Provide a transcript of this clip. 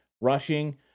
rushing